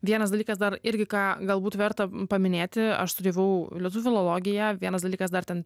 vienas dalykas dar irgi ką galbūt verta paminėti aš studijavau lietuvių filologiją vienas dalykas dar ten